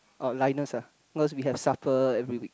oh ah cause we have supper every week